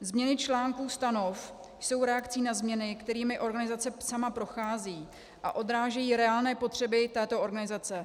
Změny článků stanov jsou reakcí na změny, kterými organizace sama prochází, a odrážejí reálné potřeby této organizace.